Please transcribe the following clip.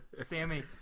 Sammy